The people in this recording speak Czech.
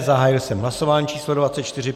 Zahájil jsem hlasování číslo 24.